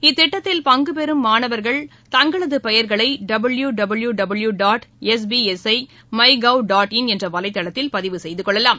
இத்திட்டத்தில் பங்குபெறும் மாணவர்கள் தங்களது பெயர்களை வலைதளத்தில் பதிவு செய்துகொள்ளலாம்